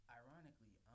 ironically